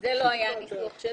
זה לא היה הניסוח שלי.